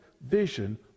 vision